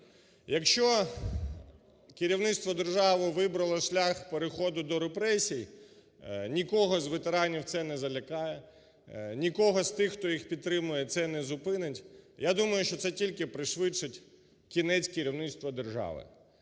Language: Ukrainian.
Якщо керівництво держави вибрало шлях переходу до репресій – нікого з ветеранів це не залякає, нікого з тих, хто їх підтримує, це не зупинить. Я думаю, що це тільки пришвидшить кінець керівництву держави.